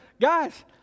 guys